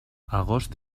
agost